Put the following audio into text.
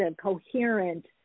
coherent